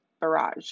barrage